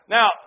Now